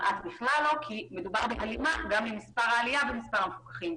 מדובר בהלימה עם העלייה במספר המפוקחים.